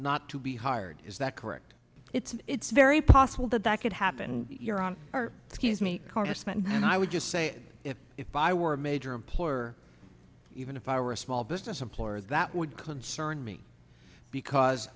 not to be hired is that correct it's it's very possible that that could happen here on our scuse me congressman and i would just say if if i were a major employer even if i were a small business employer that would concern me because